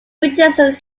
richardson